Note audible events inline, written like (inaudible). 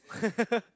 (laughs)